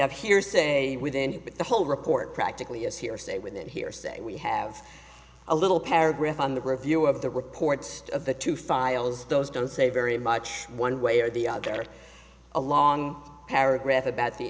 have here say within the whole report practically is hearsay with that hearsay we have a little paragraph on the review of the reports of the two files those don't say very much one way or the other a long paragraph about the